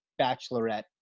Bachelorette